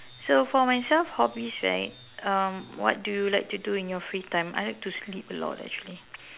so for myself hobbies right um what do you like to do in your free time I like to sleep a lot actually